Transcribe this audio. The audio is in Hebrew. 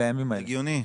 הגיוני.